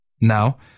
Now